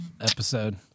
episode